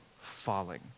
falling